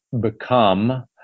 become